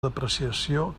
depreciació